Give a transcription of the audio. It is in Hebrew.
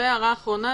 הערה אחרונה.